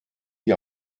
die